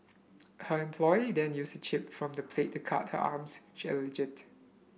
her employee then used a chip from the plate to cut her arms she alleged